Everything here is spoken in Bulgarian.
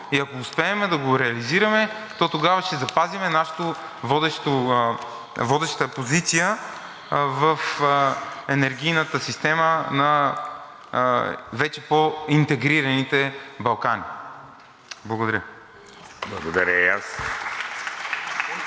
и ако успеем да го реализираме, то тогава ще запазим нашата водеща позиция в енергийната система на вече по-интегрираните Балкани. Благодаря. (Ръкопляскания